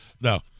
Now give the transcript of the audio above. No